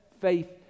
faith